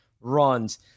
runs